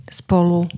spolu